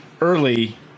early